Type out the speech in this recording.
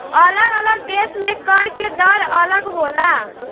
अलग अलग देश में कर के दर अलग होला